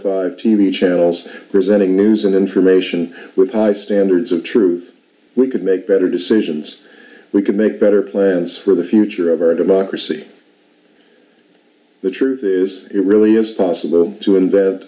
five t v channels presenting news and information with high standards of truth we could make better decisions we could make better plans for the future of our democracy the truth is it really is possible to